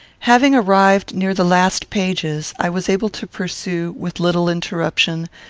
having arrived near the last pages, i was able to pursue, with little interruption,